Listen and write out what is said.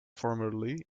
formerly